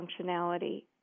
functionality